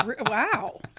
wow